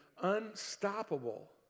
Unstoppable